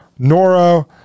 Noro